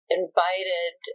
invited